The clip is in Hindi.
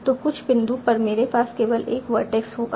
तो कुछ बिंदु पर मेरे पास केवल एक वर्टेक्स होगा